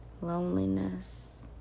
loneliness